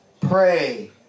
pray